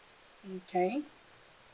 okay